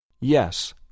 Yes